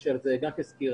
יש על זה גם כן סקירה.